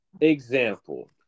Example